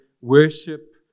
worship